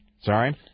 Sorry